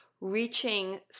reaching